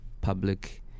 public